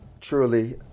truly –